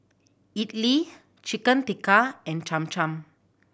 Idili Chicken Tikka and Cham Cham